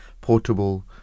portable